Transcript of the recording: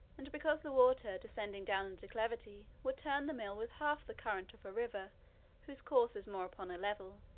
and because the water, descending down a declivity, would turn the mill with half the current of a river whose course is more upon a level.